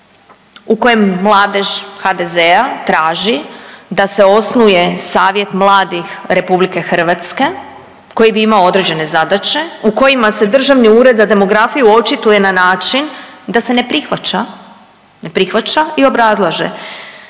u kojem Mladež HDZ-a traži da se osnuje Savjet mladih RH koji bi imao određene zadaće u kojima se Državni ured za demografiju očituje na način da se ne prihvaća, ne